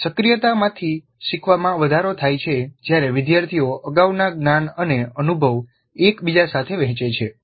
સક્રિયતામાંથી શીખવામાં વધારો થાય છે જ્યારે વિદ્યાર્થીઓ અગાઉના જ્ઞાન અને અનુભવ એકબીજા સાથે વહેંચે છે